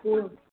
हम्म